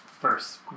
first